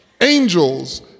angels